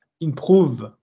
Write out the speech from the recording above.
improve